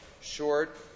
short